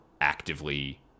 actively